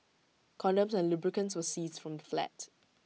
condoms and lubricants were seized from the flat